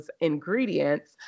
ingredients